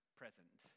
present